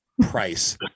price